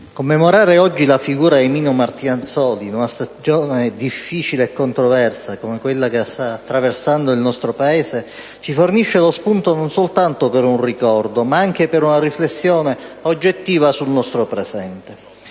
commemorare oggi la figura di Mino Martinazzoli, in una stagione difficile e controversa come quella che sta attraversando il nostro Paese, ci fornisce lo spunto non soltanto per un ricordo, ma anche per un riflessione oggettiva sul nostro presente.